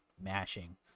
mashing